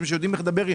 שיודעים לדבר,